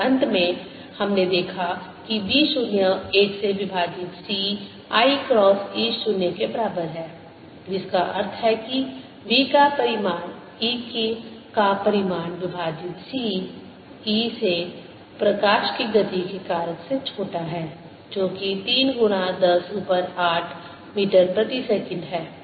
और अंत में हमने देखा कि B 0 1 से विभाजित c i क्रॉस E 0 के बराबर है जिसका अर्थ है कि B का परिमाण E का परिमाण विभाजित c E से प्रकाश की गति के कारक से छोटा है जो कि 3 गुणा 10 ऊपर 8 मीटर प्रति सेकंड है